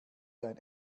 dein